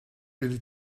really